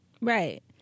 Right